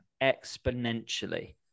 exponentially